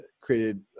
created